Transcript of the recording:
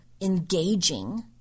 engaging